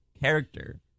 character